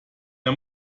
der